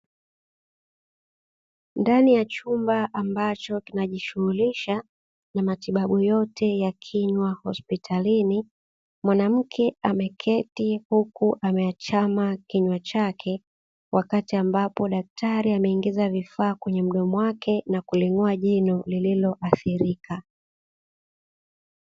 Ndani ya chumba ambacho kinajishughulisha na matibabu yote ya kinywa hospitalini, mwanamke ameketi huku ameachama kinywa chake, wakati ambapo daktari ameingiza vifaa kwenye mdomo wake na kung’oa jino lililoathirika.